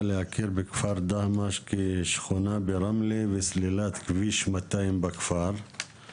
להכיר בכפר דהמש כשכונה ברמלה וסלילת כביש 200 בכפר",